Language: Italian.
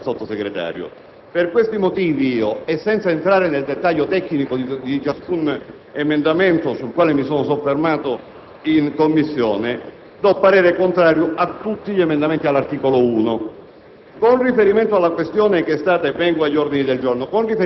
che produce gli effetti auspicabili ricordati dal Sottosegretario. Per questi motivi, e senza entrare nel dettaglio tecnico di ciascun emendamento, sul quale mi sono soffermato in Commissione, do parere contrario a tutti gli emendamenti all'articolo 1.